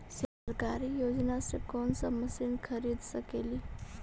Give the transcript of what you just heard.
सरकारी योजना से कोन सा मशीन खरीद सकेली?